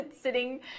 sitting